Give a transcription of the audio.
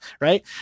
right